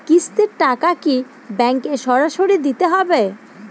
কিস্তির টাকা কি ব্যাঙ্কে সরাসরি দিতে হবে?